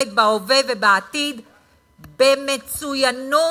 הערכה רבה מאוד לבית-חולים "הדסה",